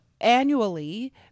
annually